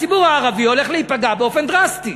הציבור הערבי הולך להיפגע באופן דרסטי